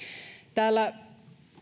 täällä